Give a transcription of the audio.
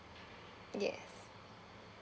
yes